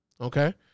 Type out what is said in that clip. okay